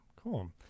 Cool